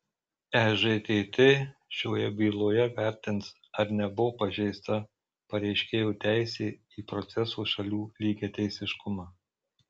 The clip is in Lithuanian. ežtt šioje byloje vertins ar nebuvo pažeista pareiškėjo teisė į proceso šalių lygiateisiškumą